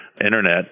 internet